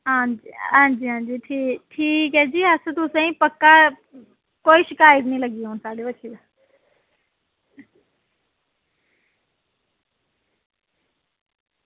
हां जी हां जी ठीक ऐ जी अस तुसेंगी पक्का कोई शिकायत निं औन लग्गी साढ़ी बक्खी दा